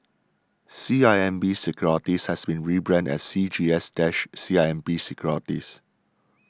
C I M B Securities has been rebranded as C G S dash C I M B Securities